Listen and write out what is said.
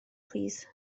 plîs